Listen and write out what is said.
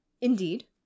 indeed